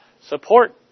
Support